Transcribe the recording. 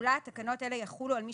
תחולה 2. הוראות תקנות אלו יחולו על מי